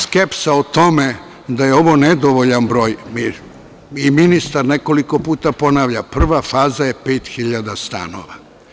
Skepsa o tome da je ovo nedovoljan broj, i ministar je nekoliko puta ponovio – prva faza je 5.000 stanova.